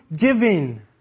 giving